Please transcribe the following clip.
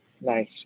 Nice